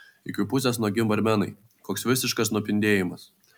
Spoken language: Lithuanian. iki pusės nuogi barmenai koks visiškas nupindėjimas